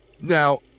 Now